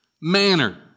manner